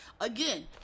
again